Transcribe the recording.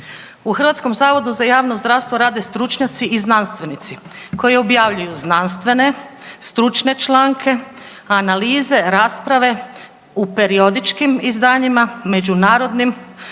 i niz još drugih stvari. U HZJZ rade stručnjaci i znanstvenici koji objavljuju znanstvene stručne članke, analize, rasprave u periodičkim izdanjima, međunarodnim,